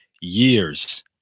years